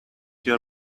your